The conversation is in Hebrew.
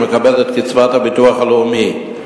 שמקבלת קצבת הביטוח הלאומי.